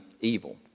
evil